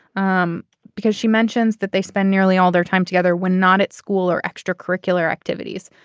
um because she mentions that they spend nearly all their time together when not at school or extracurricular activities.